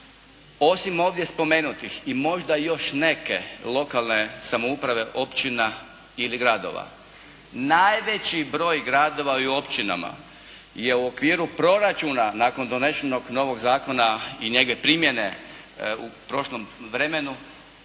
Osim ovdje spomenutih i možda još neke lokalne samouprave općina ili gradova najveći broj gradova i u općinama je u okviru proračuna nakon donesenog novog zakona i njegove primjene u prošlom vremenu